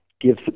give